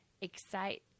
excite